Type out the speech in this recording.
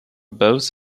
both